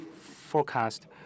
forecast